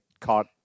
caught